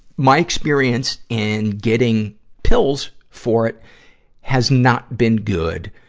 my experience in getting pills for it has not been good,